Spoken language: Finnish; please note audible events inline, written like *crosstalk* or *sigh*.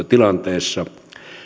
*unintelligible* tilanteessa